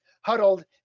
huddled